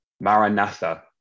Maranatha